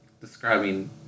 describing